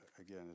again